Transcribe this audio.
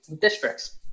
districts